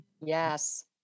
Yes